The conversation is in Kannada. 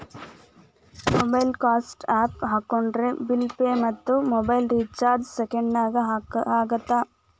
ಮೊಬೈಕ್ವಾಕ್ ಆಪ್ ಹಾಕೊಂಡ್ರೆ ಬಿಲ್ ಪೆ ಮತ್ತ ಮೊಬೈಲ್ ರಿಚಾರ್ಜ್ ಸೆಕೆಂಡನ್ಯಾಗ ಆಗತ್ತ